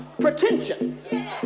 pretension